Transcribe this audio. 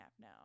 now